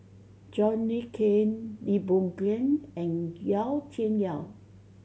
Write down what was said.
John Le Cain Lee Boon Ngan and Yau Tian Yau